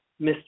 Mr